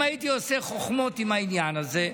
אם הייתי עושה חוכמות עם העניין הזה,